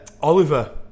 Oliver